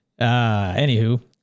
Anywho